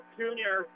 junior